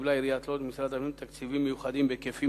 קיבלה עיריית לוד ממשרד הפנים תקציבים מיוחדים בהיקפים